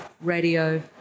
radio